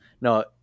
no